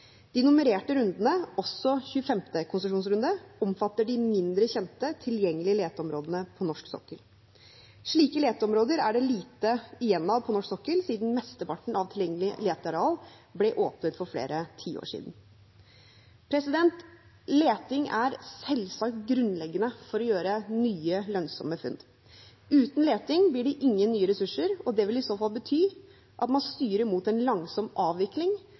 De nummererte rundene, også 25. konsesjonsrunde, omfatter de mindre kjente tilgjengelige leteområdene på norsk sokkel. Slike leteområder er det lite igjen av på norsk sokkel, siden mesteparten av tilgjengelige letearealer ble åpnet for flere tiår siden. Leting er selvsagt grunnleggende for å gjøre nye lønnsomme funn. Uten leting blir det ingen nye ressurser, og det vil i så fall bety at man styrer mot en langsom avvikling